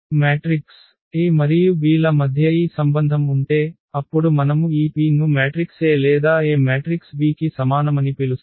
matrix A మరియు B ల మధ్య ఈ సంబంధం ఉంటే అప్పుడు మనము ఈ P ను మ్యాట్రిక్స్ A లేదా A మ్యాట్రిక్స్ B కి సమానమని పిలుస్తాము